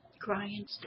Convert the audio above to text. Crying